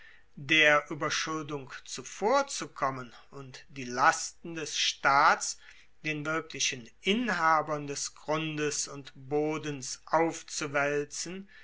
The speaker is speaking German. der ueberschuldung zuvorzukommen und die lasten des staats den wirklichen inhabern des grundes und bodens aufzuwaelzen